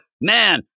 man